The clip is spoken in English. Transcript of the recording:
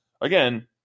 Again